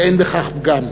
ואין בכך פגם.